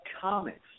comics